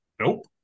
Nope